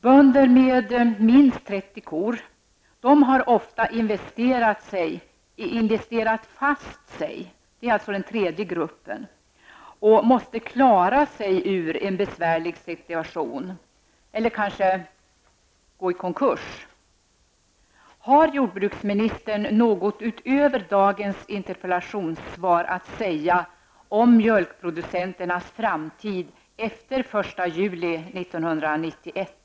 Bönder med minst 30 kor har ofta investerat fast sig, de utgör den tredje gruppen, och måste klara sig ur en besvärlig situation eller kanske gå i konkurs. Har jordbruksministern något utöver dagens interpellationssvar att säga om mjölkproducenternas framtid efter den 1 juli 1991?